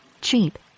cheap